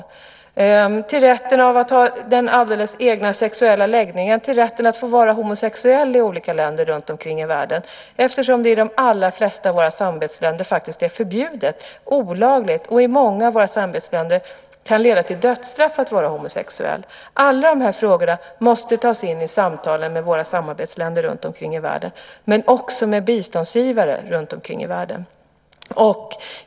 Det gäller även rätten att ha den alldeles egna sexuella läggningen och få vara homosexuell i olika länder runtomkring i världen. I de allra flesta av våra samarbetsländer är det faktiskt förbjudet, olagligt. I många av våra samarbetsländer kan det leda till dödsstraff att vara homosexuell. Alla dessa frågor måste tas in i samtalen med våra samarbetsländer men också med biståndsgivare runtomkring i världen.